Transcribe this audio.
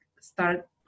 start